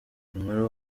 inkuru